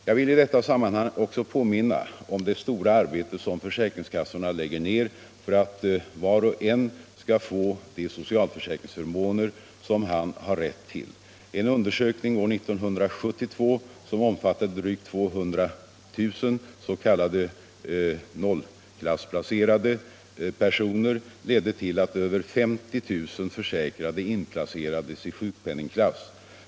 Jag vill i detta sammanhang också påminna om det stora arbete som försäkringskassorna lägger ner för att var och en skall få de socialförsäkringsförmåner som han har rätt till. En undersökning år 1972, som omfattade drygt 200 000 s.k. 0-klassplacerade personer, ledde till att över 50 000 försäkrade inplacerades i sjukpenningklass.